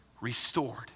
restored